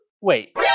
Wait